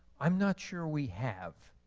i'm not sure we have.